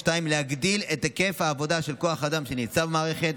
2. להגדיל את היקף העבודה של כוח האדם שנמצא במערכת,